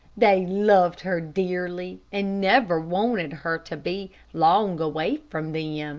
they loved her dearly and never wanted her to be long away from them.